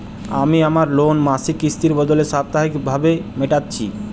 আমি আমার লোন মাসিক কিস্তির বদলে সাপ্তাহিক ভাবে মেটাচ্ছি